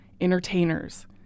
entertainers